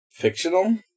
fictional